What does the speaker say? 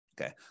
Okay